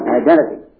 identity